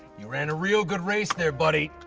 you ran a real good race there, buddy.